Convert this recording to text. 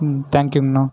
ம் தேங்க் யூங்கண்ணா